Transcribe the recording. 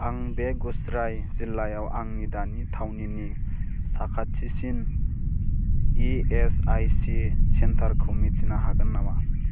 आं बेगुसराय जिल्लायाव आंनि दानि थावनिनि साखाथिसिन इएसआइसि सेन्टारखौ मिथिनो हागोन नामा